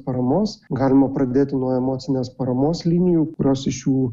paramos galima pradėti nuo emocinės paramos linijų kurios iš jų